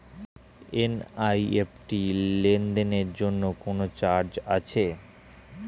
NEFT লেনদেনের জন্য কোন চার্জ আছে?